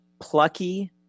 plucky